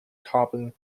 carbon